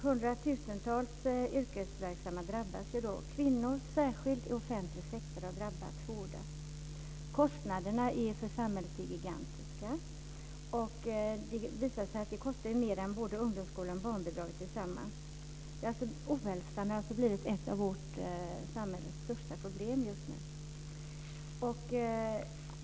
Hundratusentals yrkesverksamma drabbas. Särskilt kvinnor i offentlig sektor har drabbats hårdast. Kostnaderna för samhället är gigantiska. Det kostar mer än både ungdomsskolan och barnbidraget tillsammans. Ohälsan har alltså blivit ett av vårt samhälles största problem just nu.